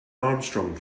armstrong